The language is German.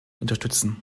unterstützen